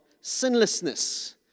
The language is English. sinlessness